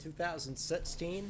2016